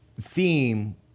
theme